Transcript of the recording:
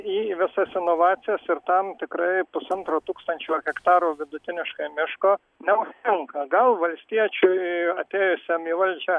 jei visos inovacijos ir tam tikrai pusantro tūkstančio hektarų vidutiniškai miško neužtenka gal valstiečiui atėjusiam į valdžią